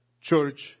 Church